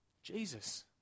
Jesus